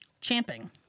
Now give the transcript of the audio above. Champing